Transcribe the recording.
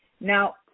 Now